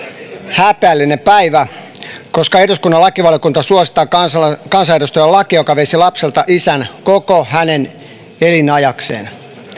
häpeällinen päivä koska eduskunnan lakivaliokunta suosittaa kansanedustajille lakia joka veisi lapselta isän koko hänen elinajakseen